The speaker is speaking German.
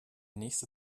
nächste